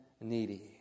needy